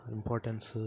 Importance